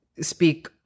speak